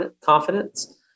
confidence